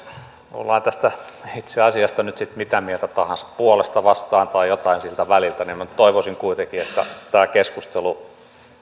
ollaan tästä itse asiasta nyt sitten mitä mieltä tahansa puolesta vastaan tai jotain siltä väliltä minä nyt toivoisin kuitenkin että tämä keskustelu